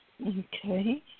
Okay